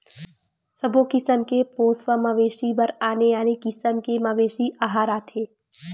सबो किसम के पोसवा मवेशी बर आने आने किसम के मवेशी अहार आथे